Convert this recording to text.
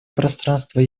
пространство